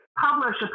publish